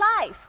life